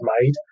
made